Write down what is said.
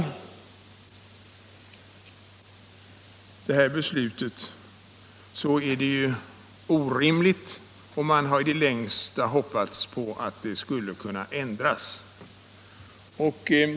Beslutet är orimligt, och man har i det längsta hoppats att det skulle kunna ändras.